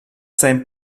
sein